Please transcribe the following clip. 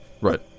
Right